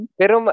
pero